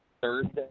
Thursday